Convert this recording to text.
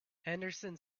henderson